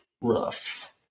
rough